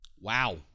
Wow